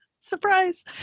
surprise